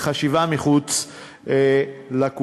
לחשיבה מחוץ לקופסה.